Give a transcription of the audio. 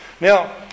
Now